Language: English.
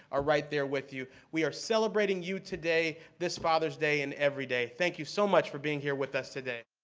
are right there with you. we are celebrating you today, this father's day, and every day. thank you so much for being here with us today.